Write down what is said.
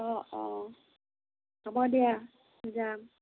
অ অ হ'ব দিয়া যাম